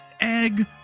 egg